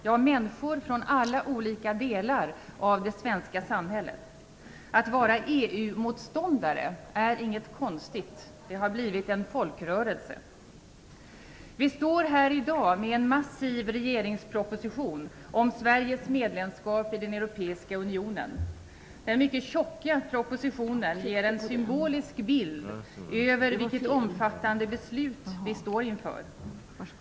Det är människor från alla olika delar av det svenska samhället. Att vara EU-motståndare är inget konstigt. Det har blivit en folkrörelse. Vi står här i dag med en massiv regeringsproposition om Sveriges medlemskap i den europeiska unionen. Den mycket tjocka propositionen ger en symbolisk bild över vilket omfattande beslut vi står inför.